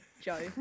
Joe